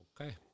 Okay